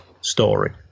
story